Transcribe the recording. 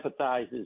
empathizes